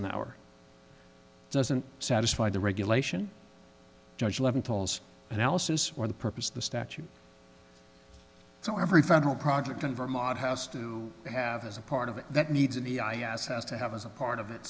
an hour doesn't satisfy the regulation judge leventhal zz analysis or the purpose of the statute so every final project in vermont house to have as a part of it that needs it the i a s has to have as a part of it